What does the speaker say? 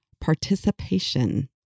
participation